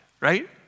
right